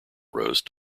roast